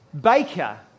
baker